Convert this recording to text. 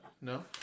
No